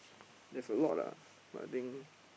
there's a lot lah I think